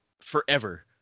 forever